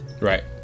right